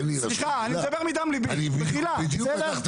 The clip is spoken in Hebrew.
סליחה, אני מדבר מדם ליבי, מחילה, בסדר?